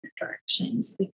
directions